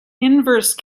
inverse